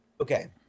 Okay